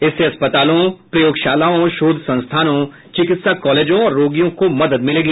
इससे अस्पतालों प्रयोगशालाओं शोध संस्थानों चिकित्सा कॉलेजों और रोगियों को मदद मिलेगी